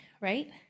right